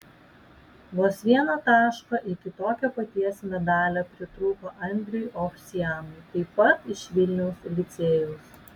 vos vieno taško iki tokio paties medalio pritrūko andriui ovsianui taip pat iš vilniaus licėjaus